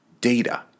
data